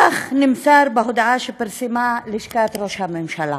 כך נמסר בהודעה שפרסמה לשכת ראש הממשלה.